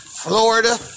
Florida